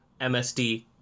MSD